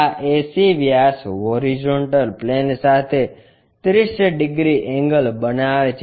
આ AC વ્યાસ horizontal plane સાથે 30 ડિગ્રી એન્ગલ બનાવે છે